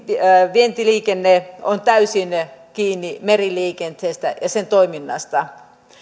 vientiliikenne on täysin kiinni meriliikenteestä ja sen toiminnasta